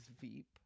Veep